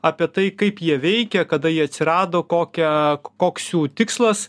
apie tai kaip jie veikia kada jie atsirado kokią koks jų tikslas